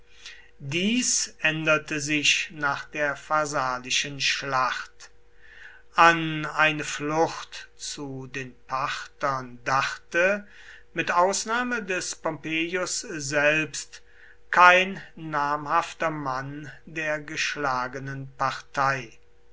dies änderte sich nach der pharsalischen schlacht an eine flucht zu den parthern dachte mit ausnahme des pompeius selbst kein namhafter mann der geschlagenen partei